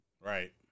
Right